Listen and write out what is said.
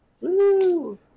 Woo